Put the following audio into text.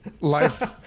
Life